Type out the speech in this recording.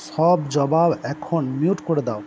সব জবাব এখন মিউট করে দাও